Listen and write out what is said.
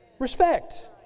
respect